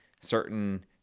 certain